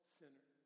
sinner